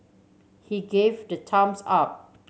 he gave the thumbs up